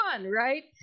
right